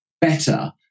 better